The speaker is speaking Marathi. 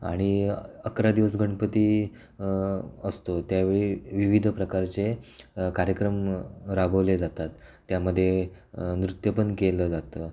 आणि अकरा दिवस गणपती असतो त्या वेळी विविध प्रकारचे कार्यक्रम राबवले जातात त्यामध्ये नृत्यपण केलं जातं